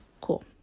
cool